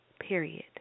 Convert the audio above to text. period